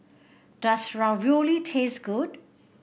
does Ravioli taste good